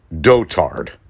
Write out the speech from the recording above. dotard